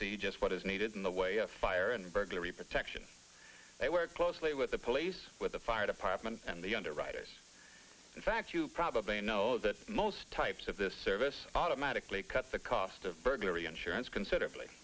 see just what is needed in the way of fire and burglary protection they work closely with the police with the fire department and the underwriters in fact you probably know that most types of this service automatically cut the cost of burglary insurance considerably